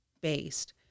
based